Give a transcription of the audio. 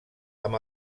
amb